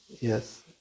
Yes